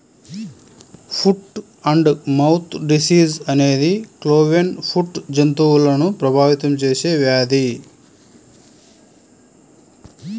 foot and mouth disease అనేది cloven foot జంతువులను ప్రభావితం చేసే వ్యాధి